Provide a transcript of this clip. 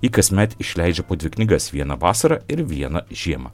ji kasmet išleidžia po dvi knygas vieną vasarą ir vieną žiemą